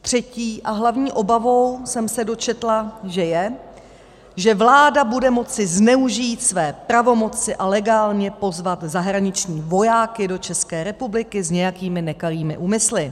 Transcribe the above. Třetí a hlavní obavou, jsem se dočetla, je, že vláda bude moci zneužít své pravomoci a legálně pozvat zahraniční vojáky do České republiky s nějakými nekalými úmysly.